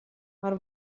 mar